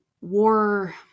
war